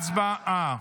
הצבעה.